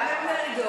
גם את מרידור,